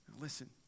Listen